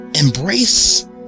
Embrace